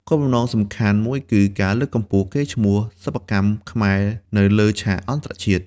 គោលបំណងសំខាន់មួយគឺការលើកកម្ពស់ កេរ្តិ៍ឈ្មោះ សិប្បកម្មខ្មែរនៅលើឆាកអន្តរជាតិ។